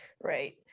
Right